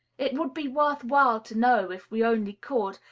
it would be worth while to know, if we only could,